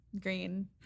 green